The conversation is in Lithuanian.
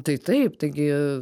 tai taip taigi